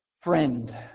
friend